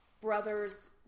brother's